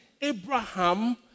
Abraham